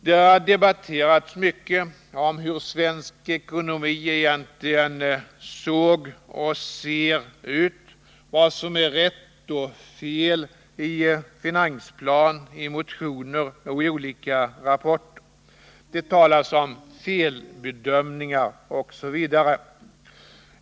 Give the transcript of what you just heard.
Det har debatterats mycket om hur svensk ekonomi egentligen såg och ser ut, om vad som är rätt och fel i finansplan, i motioner och i olika rapporter. Det talas om felbedömningar osv.